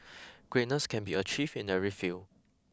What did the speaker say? greatness can be achieved in every field